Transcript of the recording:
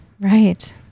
Right